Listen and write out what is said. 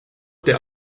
der